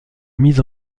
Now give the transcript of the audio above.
mis